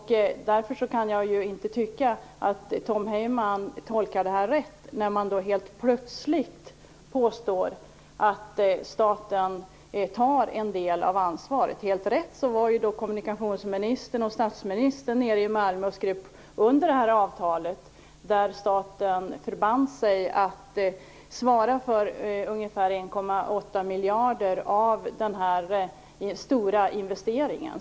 Därför kan jag inte tycka att Tom Heyman tolkar det rätt när han påstår att staten helt plötsligt tar en del av ansvaret. Det är helt rätt att kommunikationsministern och statsministern var nere i Malmö och skrev under det avtal där staten förband sig att svara för ungefär 1,8 miljarder kronor av den stora investeringen.